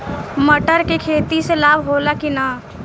मटर के खेती से लाभ होला कि न?